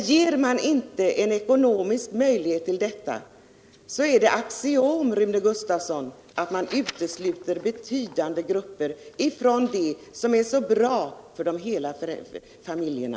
Ger man inte ett ekonomiskt stöd är det eu axiom, Rune Gustavsson, att man utesluter betydande grupper från det som är så bra för de hela familjerna.